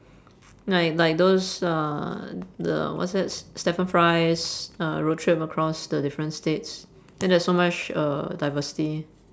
like like those uh the what's that stephen-fry's road trip across the different states then there is so much uh diversity